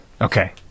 Okay